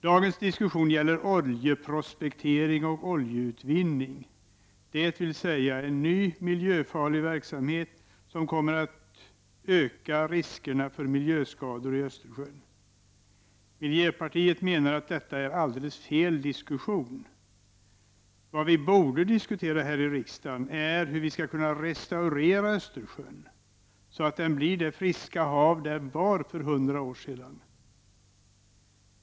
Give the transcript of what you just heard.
Dagens diskussion gäller oljeprospektering och oljeutvinning, dvs. en ny miljöfarlig verksamhet som kommer att öka riskerna för miljöskador i Östersjön. Miljöpartiet menar att detta är alldeles fel diskussion. Vad vi borde diskutera här i riksdagen är hur vi skall kunna restaurera Östersjön, så att den blir det friska hav den var för hundra år sedan.